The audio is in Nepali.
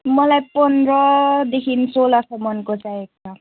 मलाई पन्द्रदेखिन् सोह्रसम्मन्को चाहिएको छ